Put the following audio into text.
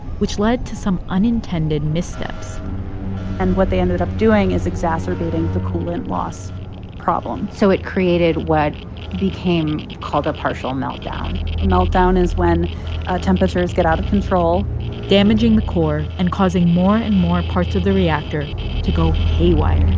which led to some unintended missteps and what they ended up doing is exacerbating the coolant loss problem so it created what became called a partial meltdown a meltdown is when ah temperatures get out of control damaging the core and causing more and more parts of the reactor to go haywire